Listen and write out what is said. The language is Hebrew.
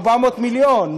400 מיליון.